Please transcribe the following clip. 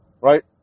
Right